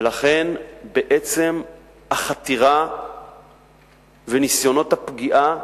ולכן, בעצם החתירה וניסיונות הפגיעה